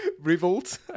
revolt